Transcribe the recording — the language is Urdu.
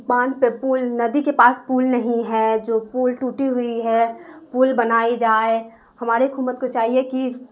باندھ پہ پل ندی کے پاس پل نہیں ہے جو پل ٹوٹی ہوئی ہے پل بنائی جائے ہماری حکومت کو چاہیے کہ